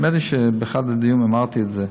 נדמה לי שבאחד הדיונים אמרתי את זה,